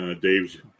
Dave's